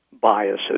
biases